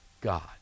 God